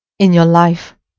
in your life